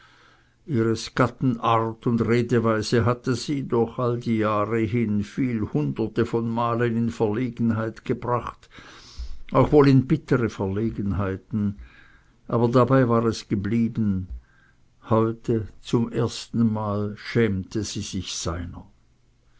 ihres gatten art und redeweise hatte sie durch all die jahre hin viel hunderte von malen in verlegenheit gebracht auch wohl in bittere verlegenheiten aber dabei war es geblieben heute zum ersten male schämte sie sich seiner